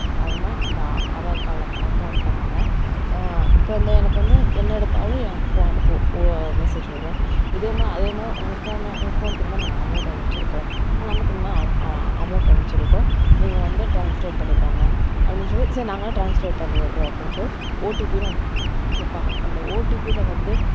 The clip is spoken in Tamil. அதுமா அந்த ஆதார் கார்ட்டில் கனெக்ட் ஆகிருக்கறனால இப்போ வந்து எனக்கு வந்து என்ன எடுத்தாலும் ஏ ஃபோனுக்கு ஓ மெசேஜ் வரும் இதேமாரி அதேமாரி உங்கள் ஃபோனு உங்க ஃபோனுக்கு இந்தமாதிரி நாங்கள் அமௌண்ட் அனுப்பிச்சிருக்கோம் நமக்கு இந்தமாதிரி அமௌண்ட் அனுப்பிச்சிருக்கோம் நீங்கள் வந்து ட்ரான்ஸ்லேட் பண்ணிக்கோங்க அப்படின்னு சொல்லி சரி நாங்களே ட்ரான்ஸ்லேட் பண்ணிகிட்றோம் அப்படினு சொல்லி ஓடிபினு ஒன்று கேட்பாங்க அந்த ஓடிபியில் வந்து